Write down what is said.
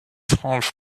half